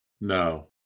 No